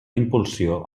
impulsió